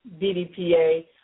BDPA